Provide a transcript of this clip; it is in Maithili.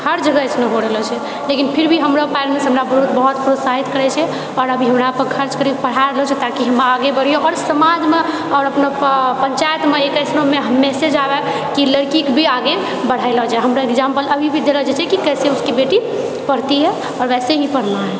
हर जगह एइसनो हो रहलोछै लेकिन फिरभी हमरो पैरेंट्स हमरा बहुत प्रोत्साहित करैछे आओर अभी हमरापर खर्च करिके पढ़ा रहलोछै ताकि हम आगे बढ़िए आओर समाजमे आओर अपनोकेँ पञ्चायतमे एक एइसनो मैसेज आबए कि लड़कीके भी आगे बढ़ेलो जाए हमरो एक्जाम्पल अभीभी देलो जाइत छै कि कैसे उसकी बेटी पढ़ती है आओर वैसेही पढ़ना है